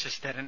Sasidharan